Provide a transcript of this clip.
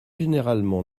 généralement